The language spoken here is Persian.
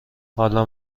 حالا